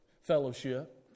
fellowship